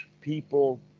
people